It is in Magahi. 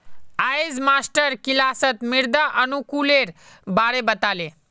अयेज मास्टर किलासत मृदा अनुकूलेर बारे बता ले